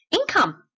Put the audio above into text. income